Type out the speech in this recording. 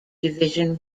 division